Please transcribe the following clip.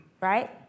Right